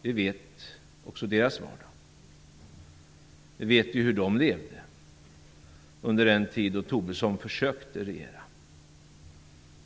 De vet också företagares vardag, de vet hur de levde under den tid då Tobisson försökte regera.